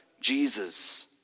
Jesus